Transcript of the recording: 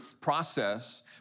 process